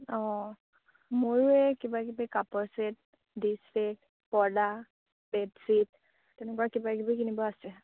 অঁ মোৰো এই কিবাকিবি কাপোৰ চেট ডিচ চেট পৰ্দা বেডশ্বীট তেনেকুৱা কিবাকিবি কিনিব আছে